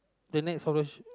the next of the sh~